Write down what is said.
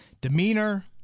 demeanor